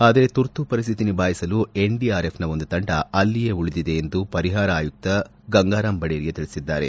ಆದರೆ ತುರ್ತು ಪರಿಸ್ಥಿತಿ ನಿಭಾಯಿಸಲು ಎನ್ಡಿಆರ್ಎಫ್ನ ಒಂದು ತಂಡ ಅಲ್ಲಿಯೇ ಉಳಿದಿದೆ ಎಂದು ಪರಿಹಾರ ಆಯುಕ್ತ ಗಂಗಾರಾಮ್ ಬಡೇರಿಯಾ ತಿಳಿಸಿದ್ದಾರೆ